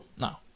Now